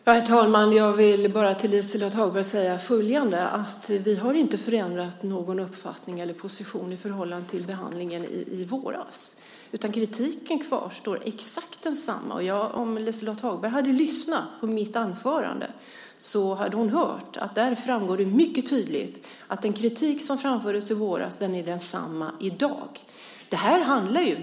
Herr talman! Jag vill till Liselott Hagberg bara säga följande. Vi har inte ändrat uppfattning eller position i förhållande till vad vi ansåg vid behandlingen i våras. Kritiken kvarstår och är exakt densamma. Om Liselott Hagberg hade lyssnat på mitt anförande hade hon hört att det där framgick mycket tydligt att den kritik som framfördes i våras är densamma i dag.